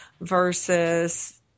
versus